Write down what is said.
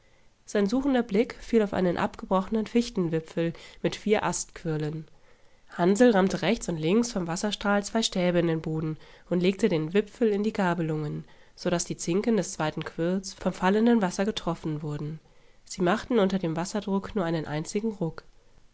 sein suchender blick fiel auf einen abgebrochenen fichtenwipfel mit vier astquirlen hansl rammte rechts und links vom wasserstrahl zwei stäbe in den boden und legte den wipfel in die gabelungen so daß die zinken des zweiten quirls vom fallenden wasser getroffen wurden sie machten unter dem wasserdruck nur einen einzigen ruck